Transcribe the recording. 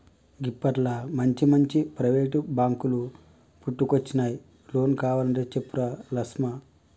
గిప్పట్ల మంచిమంచి ప్రైవేటు బాంకులు పుట్టుకొచ్చినయ్, లోన్ కావలంటే చెప్పురా లస్మా